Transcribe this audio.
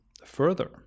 further